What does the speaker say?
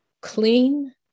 clean